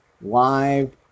live